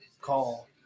call